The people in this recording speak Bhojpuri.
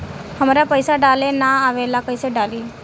हमरा पईसा डाले ना आवेला कइसे डाली?